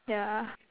yeah